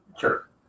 sure